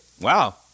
wow